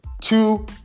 two